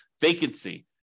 vacancy